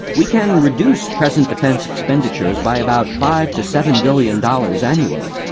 we can reduce present defence expenditures by about five to seven billion dollars annually.